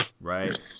Right